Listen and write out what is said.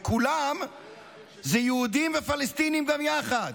כולם זה יהודים ופלסטינים גם יחד,